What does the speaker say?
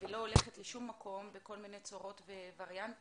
ולא הולכת לשום מקום בכל מיני צורות ווריאנטים.